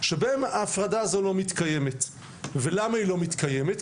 שבהם ההפרדה הזו לא מתקיימת ולמה היא לא מתקיימת?